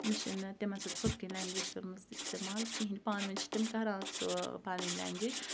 مےٚ چھِنہٕ تِمَن سۭتۍ ہُتھ کٔنۍ لینٛگویج کٔرمٕژ استعمال کِہیٖنۍ پانہٕ ؤنۍ چھِ تِم کَران سُہ پَنٕںۍ لینٛگویج